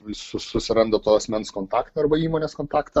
visus susiranda to asmens kontaktą arba įmonės kontaktą